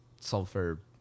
sulfur